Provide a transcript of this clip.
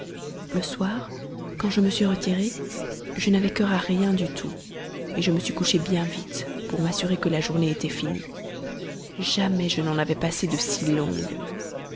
le soir quand je me suis retirée je n'avais cœur à rien du tout je me suis couchée bien vite pour m'assurer que le journée fût finie jamais je n'en avais passé de si longue